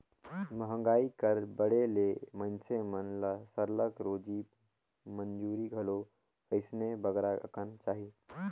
मंहगाई कर बढ़े ले मइनसे मन ल सरलग रोजी मंजूरी घलो अइसने बगरा अकन चाही